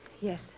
Yes